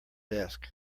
desk